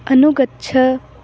अनुगच्छ